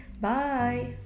Bye